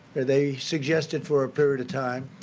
they suggest it for a period of time.